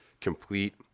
complete